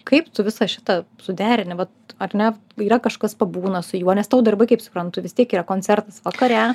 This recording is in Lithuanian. kaip tu visą šitą suderini vat ar ne yra kažkas pabūna su juo nes tau darbai kaip suprantu vis tiek yra koncertas vakare